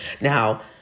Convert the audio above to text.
now